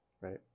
Right